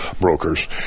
brokers